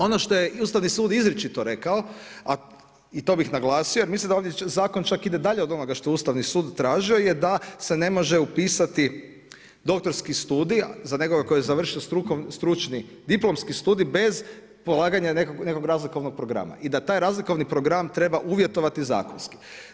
Ono što je Ustavni sud izričito rekao, a to bih naglasio, jer mislim da ovdje zakon čak ide dalje od onoga što je Ustavni sud tražio, je da se ne može upisati doktorski studij za nekoga tko je završio stručni, diplomski studij bez polaganja nekakvog razlikovnog programa i da taj razlikovni program treba uvjetovati zakonski.